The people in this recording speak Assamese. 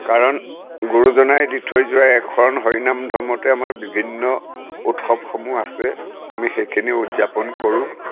কাৰণ গুৰুজনাই দি থৈ যোৱা এখন হৰিনাম ধৰ্মতে আমাৰ বিভিন্ন উৎসৱসমূহ আছে আমি সেইখিনি উদযাপন কৰোঁ